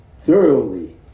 thoroughly